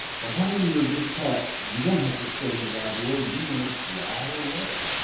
or how many are just taught you don't have to study god's word, you're gonna fly away.